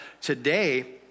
today